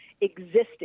existed